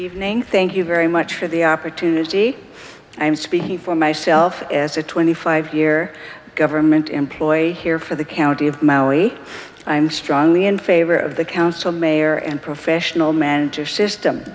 evening thank you very much for the opportunity i'm speaking for myself as a twenty five year government employee here for the county of maui i'm strongly in favor of the council mayor and professional manager system